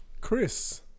chris